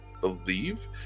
believe